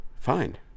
Fine